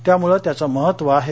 त्यामुळे त्याचे महत्व आहे